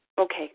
Okay